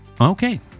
Okay